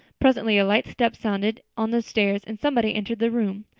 presently a light step sounded on the stairs and somebody entered the room.